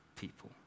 people